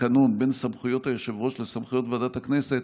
בין סמכויות היושב-ראש לסמכויות ועדת הכנסת,